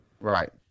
Right